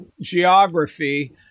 geography